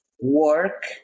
work